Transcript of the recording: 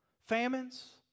Famines